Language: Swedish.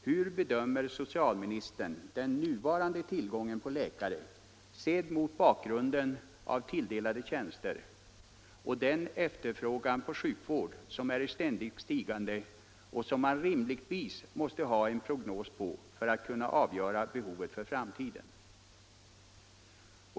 Hur bedömer socialministern den nuvarande tillgången på läkare, sedd mot bakgrunden av tilldelade tjänster och den efterfrågan på sjukvård som är i ständigt stigande och som man rimligtvis måste ha en prognos på för att kunna avgöra behovet för framtiden?